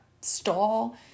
stall